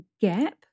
gap